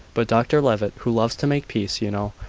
but dr levitt, who loves to make peace, you know,